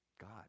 God